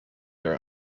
their